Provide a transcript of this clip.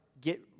get